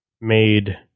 made